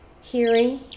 Hearing